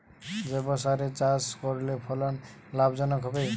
জৈবসারে চাষ করলে ফলন লাভজনক হবে?